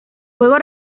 juego